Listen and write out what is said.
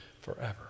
forever